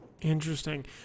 Interesting